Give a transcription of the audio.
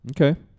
Okay